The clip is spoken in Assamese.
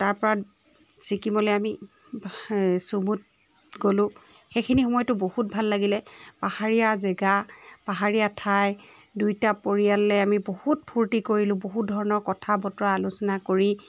তাৰ পৰা ছিকিমলৈ আমি চুমুত গ'লোঁ সেইখিনি সময়টো বহুত ভাল লাগিলে পাহাৰীয়া জেগা পাহাৰীয়া ঠাই দুইটা পৰিয়ালে আমি বহুত ফূৰ্তি কৰিলোঁ বহুত ধৰণৰ কথা বতৰা আলোচনা কৰি